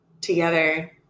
together